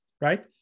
right